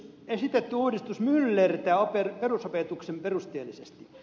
esitetty uudistus myllertää perusopetuksen perusteellisesti